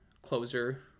closer